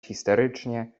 histerycznie